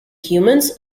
humans